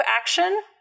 action